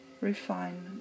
refinement